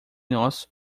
nosso